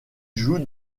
joue